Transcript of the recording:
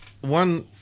one